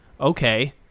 okay